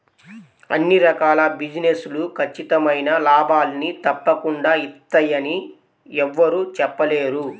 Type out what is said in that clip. అన్ని రకాల బిజినెస్ లు ఖచ్చితమైన లాభాల్ని తప్పకుండా ఇత్తయ్యని యెవ్వరూ చెప్పలేరు